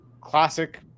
classic